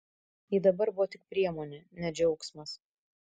ji dabar buvo tik priemonė ne džiaugsmas